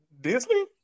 Disney